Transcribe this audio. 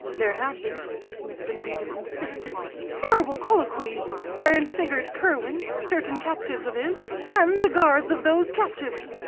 there had been, smith and weeden insisted, terrible colloquies wherein figured curwen, certain captives of his, and the guards of those captives.